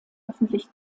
öffentlich